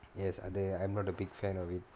yes I do~ I'm not a big fan of it